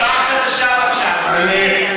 הצבעה חדשה, בבקשה, אדוני.